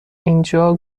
اینجا